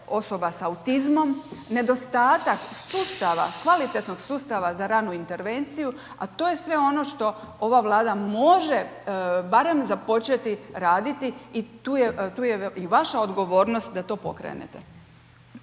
osoba s autizmom, nedostatak sustava kvalitetnog sustava za ranu intervenciju, a to je sve ono što ova Vlada može barem započeti raditi i tu je i vaša odgovornost da to pokrenete.